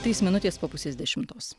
trys minutės po pusės dešimtos